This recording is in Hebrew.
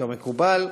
כמקובל.